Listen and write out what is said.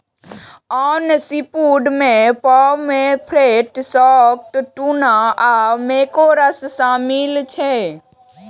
आन सीफूड मे pomfret, shark, tuna आ मैकेरल शामिल छै